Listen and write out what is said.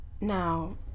Now